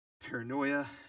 paranoia